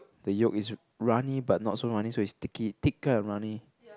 the yolk is runny but not so runny so it's sticky thicker and runny